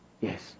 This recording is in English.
yes